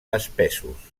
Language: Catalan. espessos